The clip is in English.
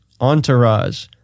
Entourage